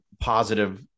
positive